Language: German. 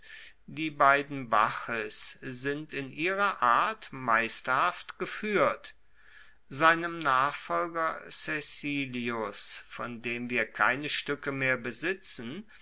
die beiden bacchis sind in ihrer art meisterhaft gefuehrt seinem nachfolger caecilius von dem wir keine stuecke mehr besitzen